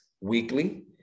weekly